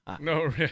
No